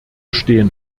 stehen